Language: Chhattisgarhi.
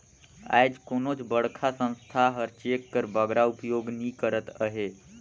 आएज कोनोच बड़खा संस्था हर चेक कर बगरा उपयोग नी करत अहे